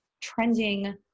trending